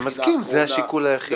אני מסכים, זה השיקול היחיד.